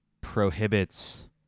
prohibits